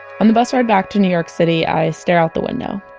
on the bus ride back to new york city, i stare out the window,